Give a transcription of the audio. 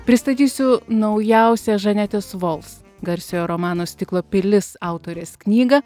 pristatysiu naujausią žanetės vols garsiojo romano stiklo pilis autorės knygą